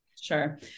Sure